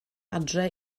adre